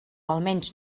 almenys